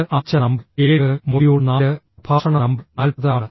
ഇത് ആഴ്ച number 7 module 4 പ്രഭാഷണ നമ്പർ 40 ആണ്